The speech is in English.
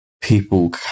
people